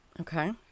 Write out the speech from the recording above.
Okay